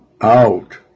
out